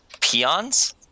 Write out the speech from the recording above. peons